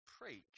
preach